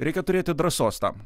reikia turėti drąsos tam